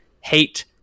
Hate